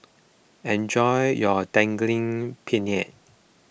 enjoy your Daging Penyet